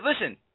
listen